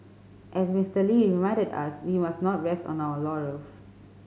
as Mister Lee reminded us we must not rest on our laurels